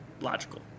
logical